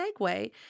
segue